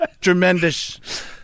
Tremendous